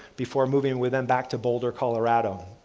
before moving with them back to boulder colorado.